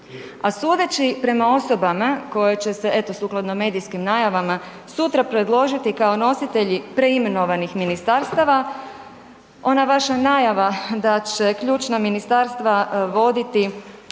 a sudeći prema osobama koje će se, eto sukladno medijskim najavama sutra predložiti kao nositelji preimenovanih ministarstava, ona vaša najava da će ključna ministarstva voditi